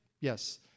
yes